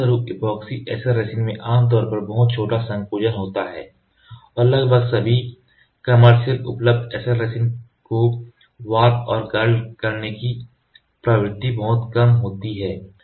परिणामस्वरूप epoxy SL resin में आमतौर पर बहुत छोटा संकोचन होता है और लगभग सभी कमर्शियल उपलब्ध SL रेजिन को वॉर्प और कर्ल करने की प्रवृत्ति बहुत कम होती है